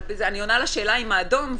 אני עונה לשאלה עם האדום.